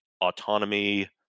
autonomy